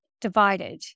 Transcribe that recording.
divided